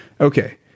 Okay